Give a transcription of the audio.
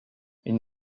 une